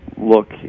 look